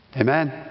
Amen